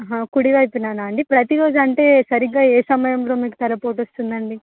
కుడి వైపున అండి ప్రతిరోజు అంటే సరిగా ఏ సమయంలో మీకు తలపోటు వస్తుంది అండి